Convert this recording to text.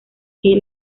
que